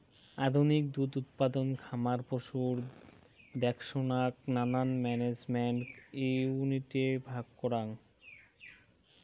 আধুনিক দুধ উৎপাদন খামার পশুর দেখসনাক নানান ম্যানেজমেন্ট ইউনিটে ভাগ করাং